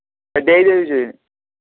ଦେଇ ଦେଉଛି